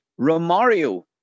Romario